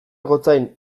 gotzain